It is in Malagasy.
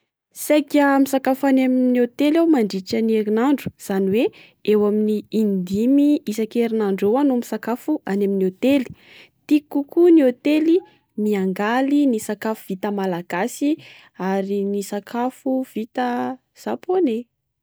Saika misakafo any amin'ny hotely ao mandritra ny erinandro. Izany hoe eo amin'ny in-dimy isak'erinadro eo aho no misakafo any amin'ny hotely. Tiako kokoa ny hotely miangaly ny sakafo vita malagasy ary ny sakafo vita zapone.